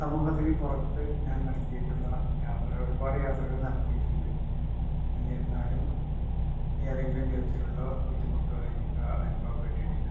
സമൂഹത്തിന് പുറത്ത് ഞാൻ നടത്തിയിട്ടുള്ള യാത്ര ഒരുപാട് യാത്രകൾ നടത്തിയിട്ടുണ്ട് എന്നിരുന്നാലും ഏതെങ്കിലും വിധത്തിലുള്ള ബുദ്ധിമുട്ടുകൾ എനിക്ക് അനുഭവപ്പെട്ടിട്ടില്ല